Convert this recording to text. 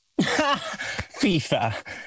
FIFA